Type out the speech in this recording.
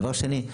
דבר שני,